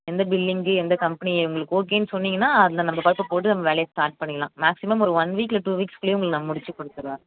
எந்த பில்லிங்கு எந்த கம்பெனி உங்களுக்கு ஓகேன்னு சொன்னிங்கனால் அந்த நம்ம பைப்பு போட்டு நம்ம வேலையை ஸ்டார்ட் பண்ணிடலாம் மேக்ஸிமம் ஒரு ஒன் வீக் இல்லை டூ வீக்ஸ்க்குள்ளையே உங்களுக்கு நான் முடிச்சு கொடுத்துருவேன்